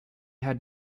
had